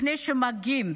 לפני שמגיעים